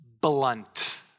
blunt